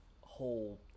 whole